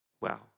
Wow